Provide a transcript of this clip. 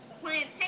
Plantation